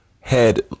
head